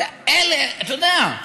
אתה יודע,